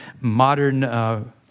modern